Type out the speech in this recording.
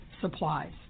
supplies